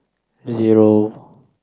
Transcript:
zero